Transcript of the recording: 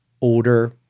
older